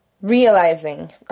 realizing